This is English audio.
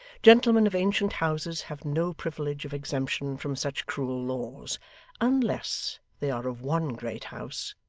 gentlemen of ancient houses have no privilege of exemption from such cruel laws unless they are of one great house,